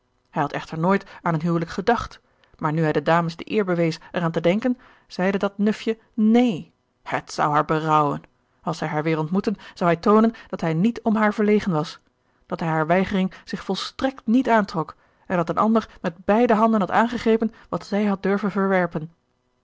hij had echter nooit aan een huwelijk gedacht maar nu hij de dames de eer bewees er aan te denken zeide dat nufje neen het zou haar berouwen als hij haar weer ontmoette zou hij toonen dat hij niet om haar verlegen was dat hij hare weigering zich volstrekt niet aantrok en dat een ander met beide handen had aangegrepen wat zij had durven verwerpen